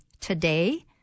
Today